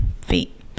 feet